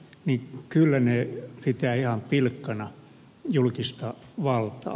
kyllä ne pitävät ihan pilkkanaan julkista valtaa